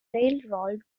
railroad